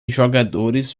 jogadores